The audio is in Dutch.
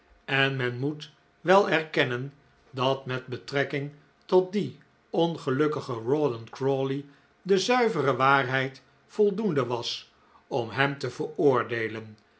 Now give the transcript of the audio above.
en men moet wel erkennen dat met betrekking tot dien ongelukkigen rawdon crawley de zuivere waarheid voldoende was om hem te veroordeelen